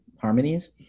harmonies